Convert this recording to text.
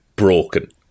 broken